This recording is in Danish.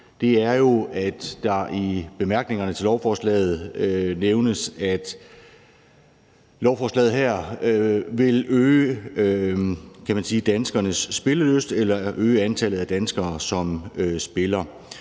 er jo, at det i bemærkningerne til lovforslaget nævnes, at det her vil øge danskernes spillelyst eller øge antallet af danskere, som spiller.